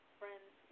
friends